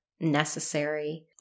necessary